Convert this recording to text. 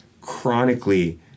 chronically